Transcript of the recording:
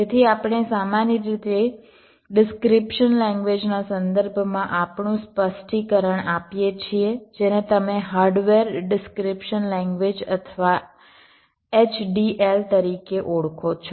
તેથી આપણે સામાન્ય રીતે ડિસ્ક્રીપ્શન લેંગ્વેજ ના સંદર્ભમાં આપણું સ્પષ્ટીકરણ આપીએ છીએ જેને તમે હાર્ડવેર ડિસ્ક્રીપ્શન લેંગ્વેજ અથવા HDL તરીકે ઓળખો છો